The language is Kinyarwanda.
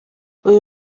uyu